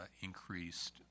increased